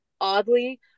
oddly